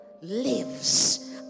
lives